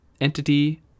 entity